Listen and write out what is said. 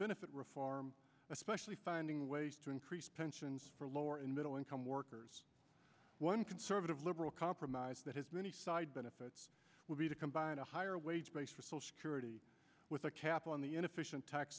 benefit reform especially finding ways to increase pensions for lower and middle income workers one conservative liberal compromise that has many side benefits would be to combine a higher wage base for social security with a cap on the inefficient tax